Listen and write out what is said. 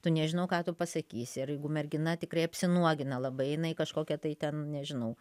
tu nežinau ką tu pasakysi ir jeigu mergina tikrai apsinuogina labai jinai kažkokia tai ten nežinau